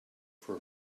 for